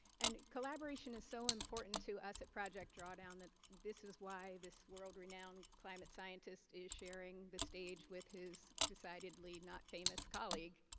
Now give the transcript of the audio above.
and collaboration is so important to us at project drawdown that this is why this world-renowned climate scientist is sharing the stage with his decidedly not-famous colleague.